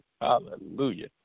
Hallelujah